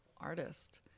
artist